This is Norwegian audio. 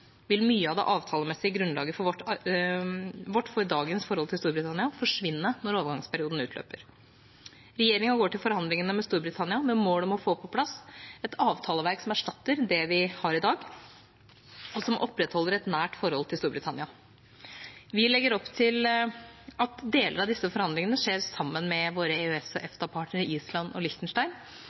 vil mye av det avtalemessige grunnlaget vårt for dagens forhold til Storbritannia forsvinne når overgangsperioden utløper. Regjeringa går til forhandlingene med Storbritannia med mål om å få på plass et avtaleverk som erstatter det vi har i dag, og som opprettholder et nært forhold til Storbritannia. Vi legger opp til at deler av disse forhandlingene skjer sammen med våre EØS/EFTA-partnere Island og Liechtenstein,